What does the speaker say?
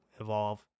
evolve